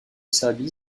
serbie